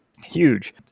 Huge